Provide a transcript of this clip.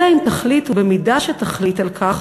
אלא אם תחליט ובמידה שתחליט על כך,